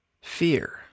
fear